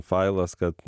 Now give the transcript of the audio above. failas kad